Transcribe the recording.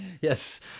Yes